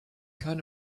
kind